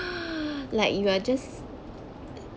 like you are just